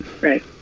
Right